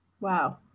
Wow